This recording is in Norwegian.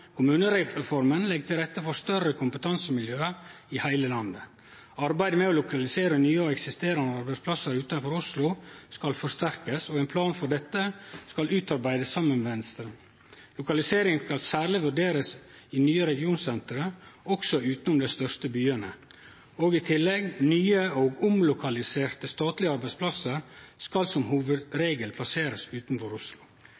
til rette for større kompetansemiljøer i hele landet. Arbeidet med å lokalisere nye og eksisterende arbeidsplasser utenfor Oslo skal forsterkes, og en plan for dette utarbeides sammen med Venstre. Lokalisering skal særlig vurderes i nye regionsentre, også utenom de store byene». Og i tillegg: «Nye og omlokaliserte statlige arbeidsplasser skal som hovedregel plasseres utenfor Oslo.»